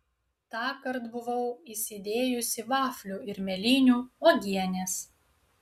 tąkart buvau įsidėjusi vaflių ir mėlynių uogienės